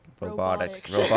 Robotics